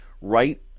right